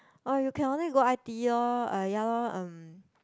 oh you can only go i_t_e orh ya lor um